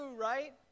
right